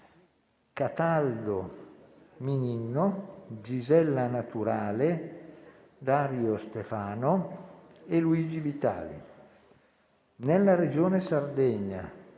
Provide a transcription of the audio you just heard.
Cataldo Mininno, Gisella Naturale, Dario Stefano e Luigi Vitali; nella Regione Sardegna: